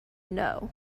know